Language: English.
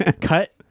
Cut